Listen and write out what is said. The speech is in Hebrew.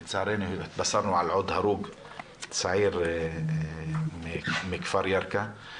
לצערנו, התבשרנו על עוד הרוג צעיר מכפר ירקא.